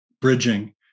bridging